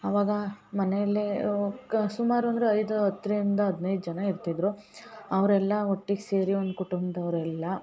ಅವಾಗ ಮನೆಯಲ್ಲೇ ಕ ಸುಮಾರು ಅಂದರೆ ಐದು ಹತ್ತರಿಂದ ಹದಿನೈದು ಜನ ಇರ್ತಿದ್ದರು ಅವರೆಲ್ಲ ಒಟ್ಟಿಗೆ ಸೇರಿ ಒಂದು ಕುಟುಂಬದವ್ರೆಲ್ಲ